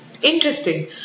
Interesting